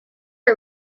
are